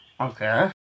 Okay